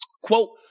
Quote